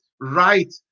right